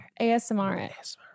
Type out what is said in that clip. ASMR